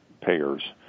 payers